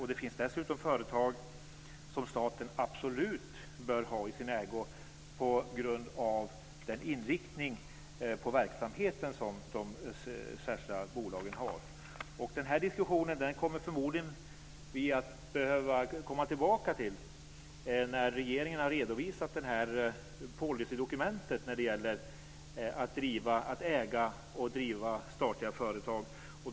Dessutom finns det företag som staten absolut bör ha i sin ägo på grund av den inriktning på verksamheten som bolagen har. Den här diskussionen kommer vi förmodligen att behöva komma tillbaka till när regeringen har redovisat policydokumentet om att äga och driva statliga företag.